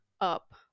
up